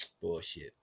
Bullshit